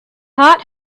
heart